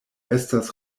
estas